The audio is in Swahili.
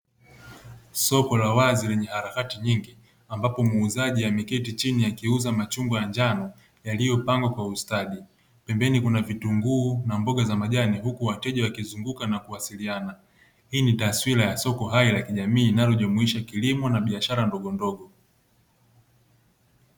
Soko la wazi lenye harakati nyingi, ambapo muuzaji ameketi chini akiuza machungwa ya njano, yaiyopangwa kwa ustadi. Pembeni kuna vitunguu, na mboga za majani huku wateja wakizunguka na kuwasiliana. Hii ni taswira ya soko hai la kijamii linalojumuisha kiliomo na biashara ndogondogo.